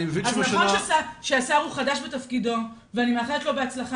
אז נכון שהשר הוא חדש בתפקידו ואני מאחלת לו בהצלחה,